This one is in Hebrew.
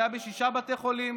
זה היה בשישה בתי חולים.